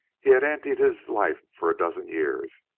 he had ante'd his life for a dozen years,